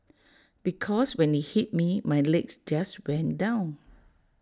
because when IT hit me my legs just went down